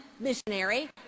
Missionary